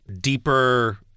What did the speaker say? deeper